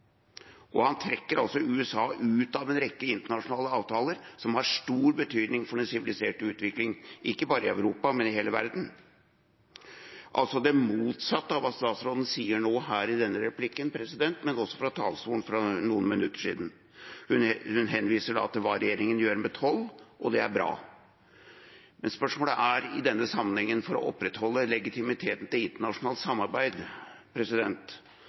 og han trekker USA ut av en rekke internasjonale avtaler som har stor betydning for en sivilisert utvikling ikke bare i Europa, men i hele verden – altså det motsatte av det utenriksministeren sa nå i denne replikken, men også fra talerstolen for noen minutter siden. Hun henviste til hva regjeringen gjør med toll, og det er bra. Men spørsmålet i denne sammenhengen er: For å opprettholde legitimiteten til internasjonalt samarbeid